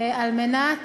על מנת